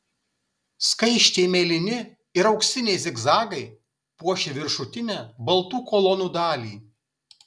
skaisčiai mėlyni ir auksiniai zigzagai puošė viršutinę baltų kolonų dalį